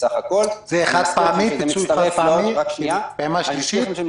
פעימה שלישית?